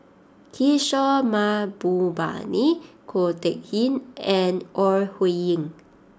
Kishore Mahbubani Ko Teck Kin and Ore Huiying